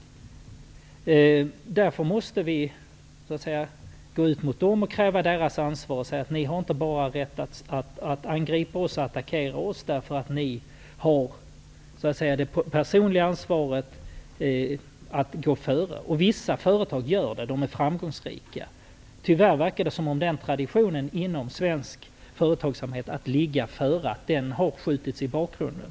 Vi måste därför utkräva ett ansvar också av dem. Vi måste säga att de inte bara har rätt att attackera oss. De har också ett personligt ansvar att gå före. Vissa företag är framgångsrika med detta, men tyvärr verkar det som om traditionen att ligga före har skjutits i bakgrunden inom svensk företagsamhet.